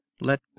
Let